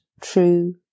true